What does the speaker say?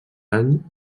any